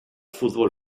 fútbol